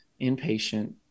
inpatient